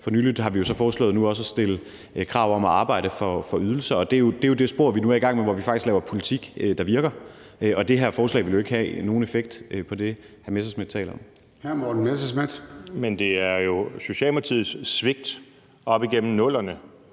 For nylig har vi så foreslået nu også at stille krav om, at man skal arbejde for sine ydelser, og det er jo det spor, vi nu er i gang med at følge, hvor vi faktisk laver politik, der virker. Og det her forslag vil jo ikke have nogen effekt på det, hr. Morten Messerschmidt taler om. Kl. 13:44 Formanden (Søren Gade): Hr.